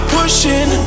Pushing